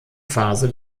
phase